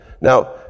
Now